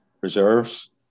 reserves